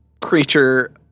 creature